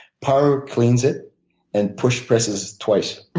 power cleans it and push presses twice.